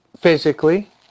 physically